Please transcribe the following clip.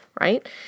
right